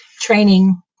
training